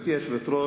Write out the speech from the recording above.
גברתי היושבת-ראש,